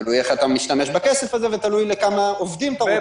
תלוי איך אתה משתמש בכסף הזה ותלוי לכמה עובדים אתה רוצה לתת.